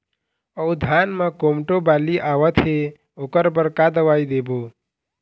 अऊ धान म कोमटो बाली आवत हे ओकर बर का दवई देबो?